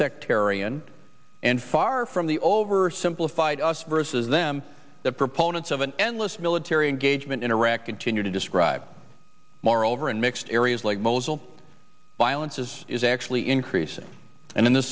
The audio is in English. sectarian and far from the over simplified us versus them that proponents of an endless military engagement in iraq continue to describe moreover in mixed areas like mosul violence is is actually increasing and in the